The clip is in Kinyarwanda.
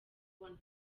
kubona